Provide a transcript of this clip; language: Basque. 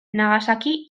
nagasaki